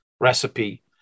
recipe